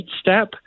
step